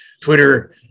Twitter